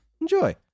Enjoy